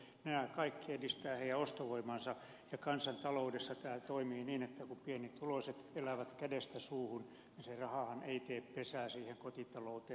nämä kaikki edistävät heidän ostovoimaansa ja kansantaloudessa tämä toimii niin että kun pienituloiset elävät kädestä suuhun niin se rahahan ei tee pesää siihen kotitalouteen